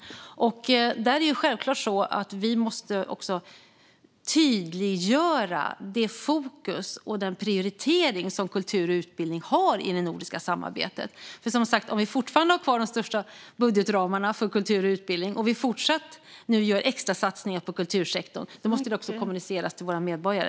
Självklart måste vi tydliggöra det fokus och den prioritering som kultur och utbildning har i det nordiska samarbetet. Som sagt: Om vi fortfarande har kvar de största budgetramarna för kultur och utbildning och om vi nu fortsatt gör extrasatsningar på kultursektorn måste det också kommuniceras till våra medborgare.